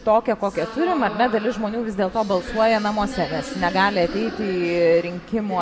tokią kokią turim ar ne dalis žmonių vis dėlto balsuoja namuose nes negali ateiti į rinkimų